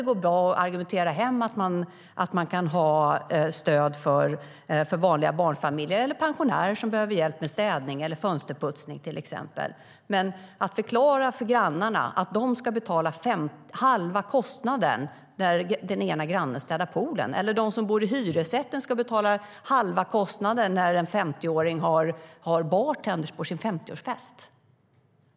Det går bra att argumentera för stöd för vanliga barnfamiljer eller för pensionärer som behöver hjälp med städning eller fönsterputsning. Men förklara för grannarna att de ska betala halva kostnaden när den ena grannen städar poolen eller att de som bor i hyresrätt ska betala halva kostnaden när en 50-åring anlitar bartendrar på sin 50-årsfest!